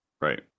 Right